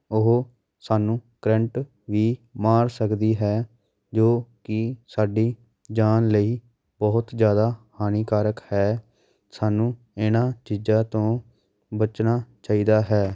ਉਹ ਸਾਨੂੰ ਕਰੰਟ ਵੀ ਮਾਰ ਸਕਦੀ ਹੈ ਜੋ ਕਿ ਸਾਡੀ ਜਾਨ ਲਈ ਬਹੁਤ ਜ਼ਿਆਦਾ ਹਾਨੀਕਾਰਕ ਹੈ ਸਾਨੂੰ ਇਹਨਾਂ ਚੀਜ਼ਾਂ ਤੋਂ ਬਚਣਾ ਚਾਹੀਦਾ ਹੈ